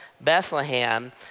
Bethlehem